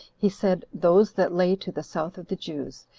he said, those that lay to the south of the jews,